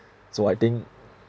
so I think